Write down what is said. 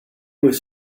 was